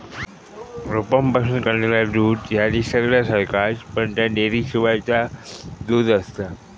रोपांपासून काढलेला दूध ह्या दिसता दुधासारख्याच, पण ता डेअरीशिवायचा दूध आसता